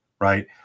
Right